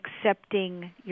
accepting